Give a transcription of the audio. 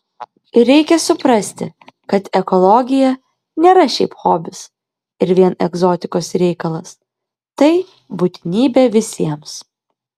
ir reikia suprasti kad ekologija nėra šiaip hobis ir vien egzotikos reikalas tai būtinybė visiems